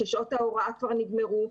ששעות ההוראה כבר נגמרו,